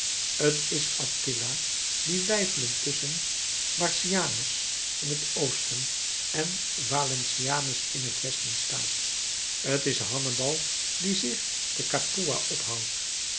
t is attila die weifelend tusschen marcianus in het oosten en valentianus in het westen staat t is hannibal die zich te capua ophoudt